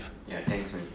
ya thanks man